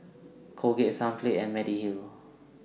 Colgate Sunplay and Mediheal